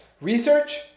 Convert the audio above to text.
research